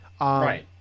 right